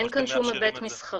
אין כאן שום היבט מסחרי.